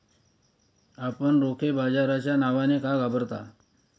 आपण रोखे बाजाराच्या नावाने का घाबरता?